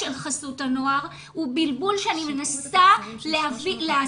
של חסות הנוער הוא בלבול שאני מנסה להסביר,